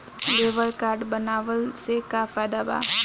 Labour card बनवाला से का फायदा बा?